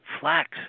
flax